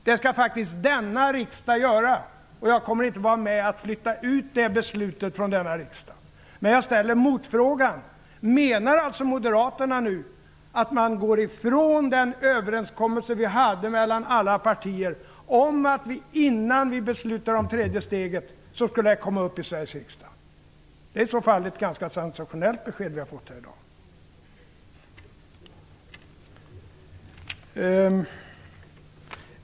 Det skall denna riksdag göra. Jag kommer inte att vara med om att flytta ut det beslutet från denna riksdag. Men jag ställer motfrågan: Menar alltså Moderaterna nu att de går ifrån den överenskommelse vi hade mellan alla partier om att frågan om det tredje steget skall komma upp i Sveriges riksdag innan vi beslutar om det? Det är i så fall ett ganska sensationellt besked vi har fått här i dag.